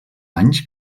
anys